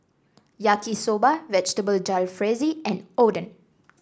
Yaki Soba Vegetable Jalfrezi and Oden